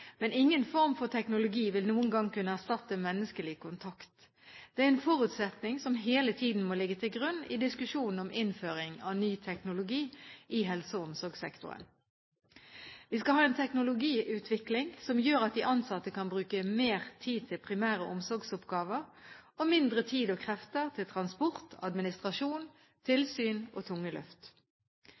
Men ingen form for teknologi vil noen gang kunne erstatte menneskelig kontakt. Det er en forutsetning som hele tiden må ligge til grunn i diskusjonen om innføring av ny teknologi i helse- og omsorgssektoren. Vi skal ha en teknologiutvikling som gjør at de ansatte kan bruke mer tid til primære omsorgsoppgaver og mindre tid og krefter til transport, administrasjon, tilsyn og tunge løft.